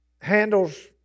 handles